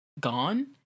gone